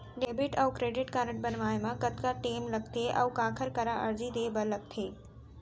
Debit अऊ credit card बनवाए मा कतका टेम लगथे, अऊ काखर करा अर्जी दे बर लगथे?